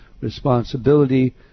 responsibility